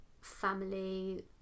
family